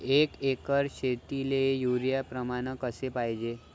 एक एकर शेतीले युरिया प्रमान कसे पाहिजे?